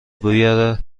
بیار